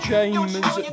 James